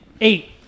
Eight